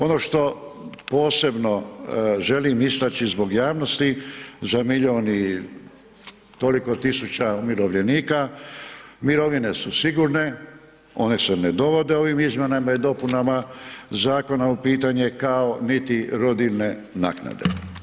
Ono što posebno želim istači zbog javnosti za milion i toliko tisuća umirovljenika, mirovine su sigurne, one se ne dovode ovim izmjenama i dopunama zakona u pitanje kao niti rodiljne naknade.